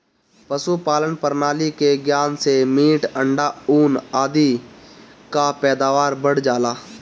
पशुपालन प्रणाली के ज्ञान से मीट, अंडा, ऊन आदि कअ पैदावार बढ़ जाला